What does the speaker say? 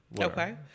Okay